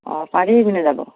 অঁ পাৰি সিপিনে যাব